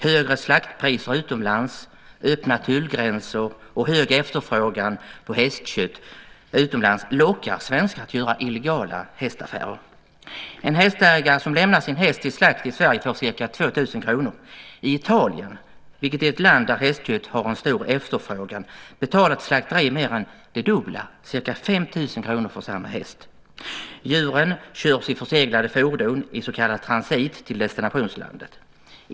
Högre slaktpriser utomlands, öppna tullgränser och hög efterfrågan på hästkött utomlands lockar svenskar att göra illegala hästaffärer. En hästägare som lämnar sin häst till slakt i Sverige får ca 2 000 kr. I Italien, som är ett land där det finns en stor efterfrågan på hästkött, betalar ett slakteri mer än det dubbla, ca 5 000 kr för samma häst. Djuren körs i förseglade fordon i så kallad transit till destinationslandet.